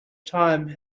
time